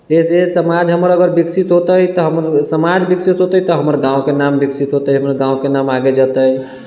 एहिसँ समाज हमर अगर विकसित होतै तऽ हमर समाज विकसित होतै तऽ हमर गाँवके नाम विकसित होतै हमर गाँवके नाम आगे जेतै